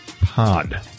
pod